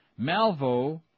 Malvo